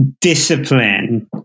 discipline